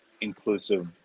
inclusive